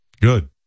Good